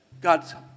God